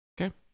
okay